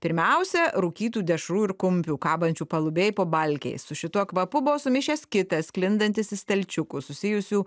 pirmiausia rūkytų dešrų ir kumpių kabančių palubėj po balkiais su šituo kvapu buvo sumišęs kitas sklindantis į stalčiukus susijusių